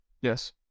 Yes